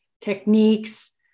techniques